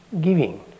Giving